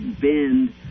bend